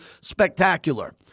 spectacular